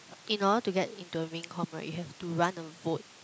in order to get into the main comm right you have to run a vote